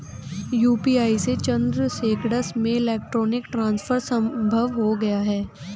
UPI से चंद seconds में इलेक्ट्रॉनिक ट्रांसफर संभव हो गया है